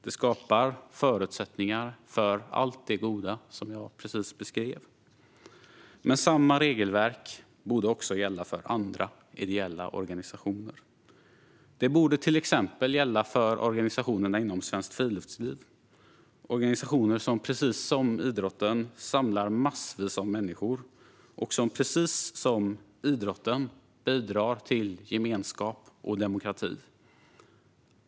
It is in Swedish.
Det skapar förutsättningar för allt det goda, som jag precis beskrev. Men samma regelverk borde också gälla för andra ideella organisationer. Det borde till exempel gälla för organisationerna inom svenskt friluftsliv. Det är organisationer som precis som idrotten samlar massvis med människor och som precis som idrotten bidrar till gemenskap och demokrati.